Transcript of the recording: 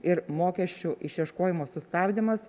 ir mokesčių išieškojimo sustabdymas